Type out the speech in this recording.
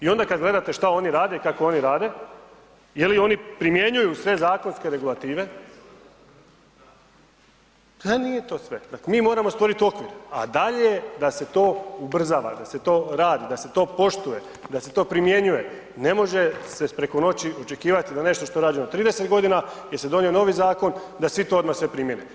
I onda gledate što oni rade i kako oni rade, je li oni primjenjuju sve zakonske regulative, pa nije to sve, dakle mi moramo stvoriti okvir, a dalje je da se to ubrzava, da se to radi, da se to poštuje, da se to primjenjuje, ne može se preko noći očekivati da nešto što je rađeno 30 godina di se donio novi zakon da svi to odmah sve primjene.